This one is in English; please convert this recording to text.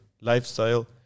lifestyle